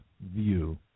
view